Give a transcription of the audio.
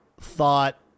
thought